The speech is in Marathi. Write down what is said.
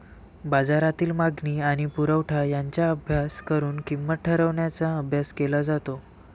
बाजारातील मागणी आणि पुरवठा यांचा अभ्यास करून किंमत ठरवण्याचा अभ्यास केला जातो